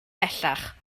bellach